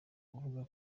avuga